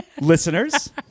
Listeners